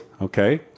Okay